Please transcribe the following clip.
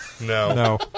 No